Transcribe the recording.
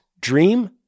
dream